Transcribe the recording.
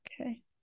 Okay